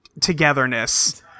togetherness